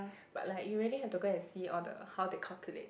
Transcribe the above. but like you really have to go and see all the how they calculate